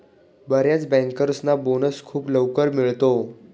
बर्याच बँकर्सना बोनस खूप लवकर मिळतो